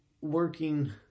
working